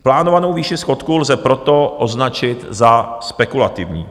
Plánovanou výši schodku lze proto označit za spekulativní.